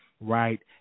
right